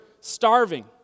starving